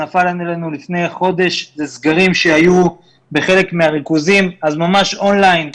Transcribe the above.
לפני חודש בסגרים שהיו בחלק מהריכוזים אז ממש און ליין,